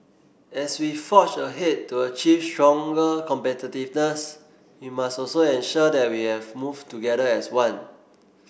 as we forge ahead to achieve stronger competitiveness we must also ensure that we have move together as one